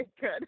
good